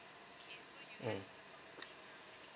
um